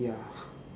ya